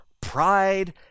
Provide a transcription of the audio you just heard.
pride